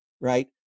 right